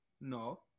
No